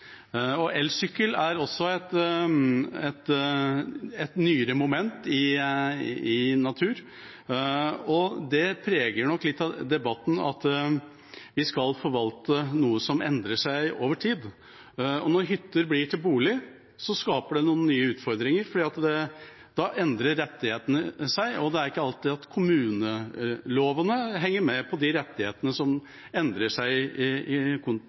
Elsykkel er også et nyere moment i naturen, og det preger nok litt av debatten at vi skal forvalte noe som endrer seg over tid. Når hytter blir til boliger, skaper det noen nye utfordringer, for da endrer rettighetene seg, og det er ikke alltid kommuneloven henger med på de rettighetene som endrer seg fordi bruken omdisponeres. I